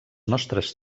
nostres